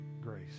grace